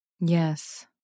Yes